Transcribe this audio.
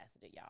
y'all